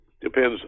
depends